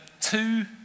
two